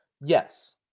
Yes